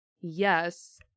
yes